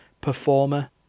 performer